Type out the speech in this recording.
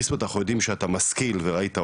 ביסמוט אנחנו יודעים שאתה משכיל וראית עולם.